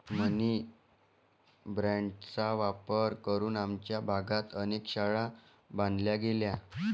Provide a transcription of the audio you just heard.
मनी बाँडचा वापर करून आमच्या भागात अनेक शाळा बांधल्या गेल्या